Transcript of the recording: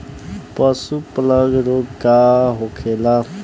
पशु प्लग रोग का होखेला?